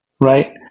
Right